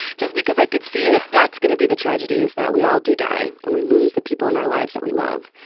just because i could see that that's gonna be the tragedy, is that we all do die, and we lose the people in our lives that we love.